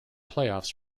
playoffs